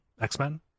X-Men